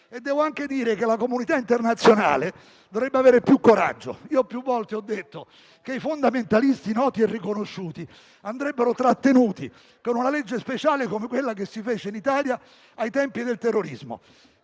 Devo anche dire che la comunità internazionale dovrebbe avere più coraggio. Più volte ho detto che i fondamentalisti noti e riconosciuti andrebbero trattenuti con una legge speciale come quella che si fece in Italia ai tempi del terrorismo.